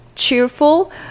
cheerful